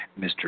Mr